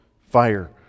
fire